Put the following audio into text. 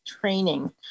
training